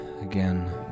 again